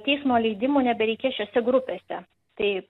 teismo leidimų nebereikės šiose grupėse tai